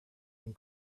and